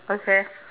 okay